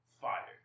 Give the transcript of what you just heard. fire